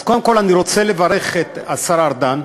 אז קודם כול אני רוצה לברך את השר ארדן,